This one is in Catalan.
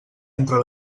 entre